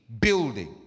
building